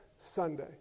Sunday